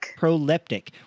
proleptic